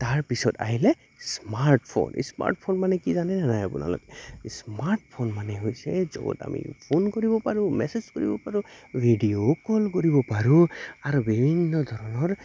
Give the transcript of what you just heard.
তাৰপিছত আহিলে smartphone smartphone মানে কি জানে নে নাই আপোনালোকে স্মাৰ্টফোন মানে হৈছে য'ত আমি ফোন কৰিব পাৰোঁ মেছেজ কৰিব পাৰোঁ ভিডিঅ' কল কৰিব পাৰোঁ আৰু বিভিন্ন ধৰণৰ